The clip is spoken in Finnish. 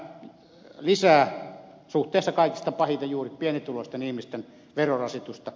tämä lisää suhteessa kaikista pahiten juuri pienituloisten ihmisten verorasitusta